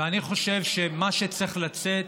ואני חושב שמה שצריך לצאת